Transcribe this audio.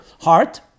heart